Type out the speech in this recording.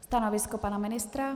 Stanovisko pana ministra?